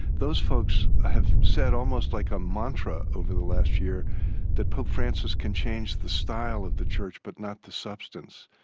those folks have said almost like a mantra over the last year that pope francis can change the style of the church but not the substance,